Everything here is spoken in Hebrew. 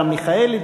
אברהם מיכאלי,